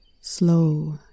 slow